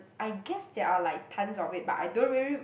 I guess there are like tons of it but I don't really